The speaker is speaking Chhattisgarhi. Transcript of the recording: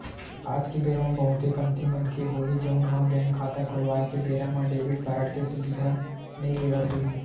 आज के बेरा म बहुते कमती मनखे होही जउन ह बेंक खाता खोलवाए के बेरा म डेबिट कारड के सुबिधा नइ लेवत होही